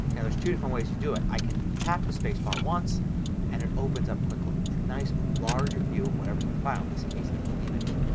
now there's two different ways to do it. i can tap the spacebar once and it opens up quick look and a nice larger view of whatever's in the file. in this case an image.